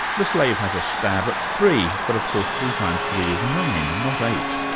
the slave has a stab at three, but of course three times three is nine, not eight.